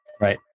Right